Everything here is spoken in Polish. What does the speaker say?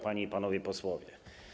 Panie i Panowie Posłowie!